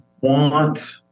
want